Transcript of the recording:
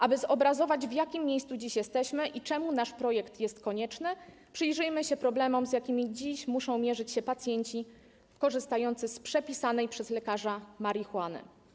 Aby zobrazować, w jakim miejscu dziś jesteśmy i dlaczego nasz projekt jest konieczny, przyjrzyjmy się problemom, z jakimi dziś muszą mierzyć się pacjenci korzystający z przepisanej przez lekarza marihuany.